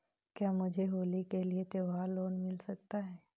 क्या मुझे होली के लिए त्यौहार लोंन मिल सकता है?